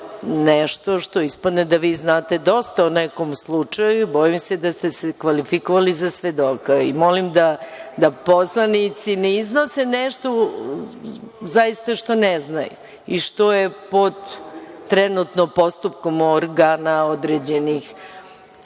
nešto, pa ispada da vi znate dosta o nekom slučaju i bojim se da ste se kvalifikovali za svedoka i molim poslanike da ne iznose nešto što ne znaju i što je pod postupkom određenih